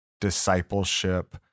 discipleship